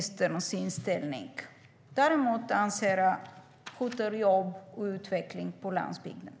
Däremot hotar folkhälsoministerns inställning jobb och utveckling på landsbygden.